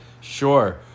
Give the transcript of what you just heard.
Sure